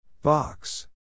Box